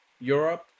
Europe